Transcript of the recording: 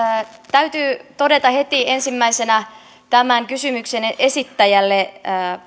täytyy todeta heti ensimmäisenä tämän kysymyksen esittäjälle